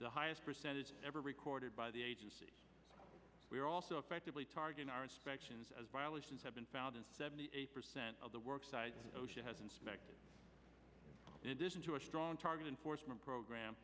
the highest percentage ever recorded by the agency we are also effectively targeting our inspections as violations have been found in seventy eight percent of the work site osha has inspected it into a strong target enforcement program